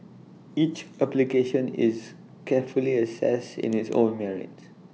each application is carefully assessed in its own merits